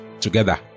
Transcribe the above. together